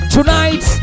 Tonight